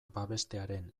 babestearen